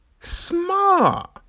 smart